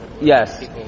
Yes